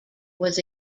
was